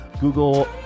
google